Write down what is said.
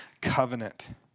covenant